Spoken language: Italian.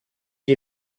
gli